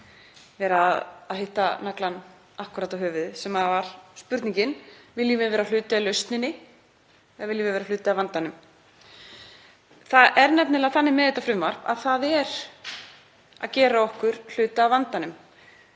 hitta naglann akkúrat á höfuðið, sem var spurningin: Viljum við vera hluti af lausninni eða viljum við vera hluti af vandanum? Það er nefnilega þannig með þetta frumvarp að það er að gera okkur hluta af vandanum.